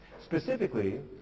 Specifically